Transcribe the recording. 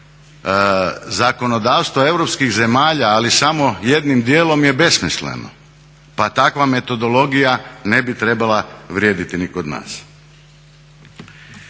zakonodavstva europskih zemalja ali samo jednim dijelom je besmisleno pa takva metodologija ne bi trebala vrijediti ni kod nas.